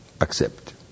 accept